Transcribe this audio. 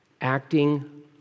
acting